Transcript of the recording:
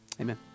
amen